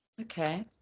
Okay